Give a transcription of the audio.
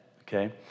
okay